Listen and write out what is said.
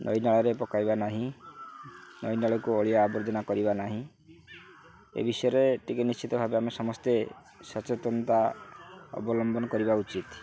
ନଈନାଳରେ ପକାଇବା ନାହିଁ ନଈନାଳକୁ ଅଳିଆ ଆବର୍ଜନା କରିବା ନାହିଁ ଏ ବିଷୟରେ ଟିକେ ନିଶ୍ଚିତ ଭାବେ ଆମେ ସମସ୍ତେ ସଚେତନତା ଅବଲମ୍ବନ କରିବା ଉଚିତ